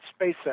SpaceX